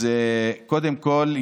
אז קודם כול,